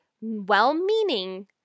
well-meaning